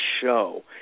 show